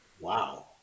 Wow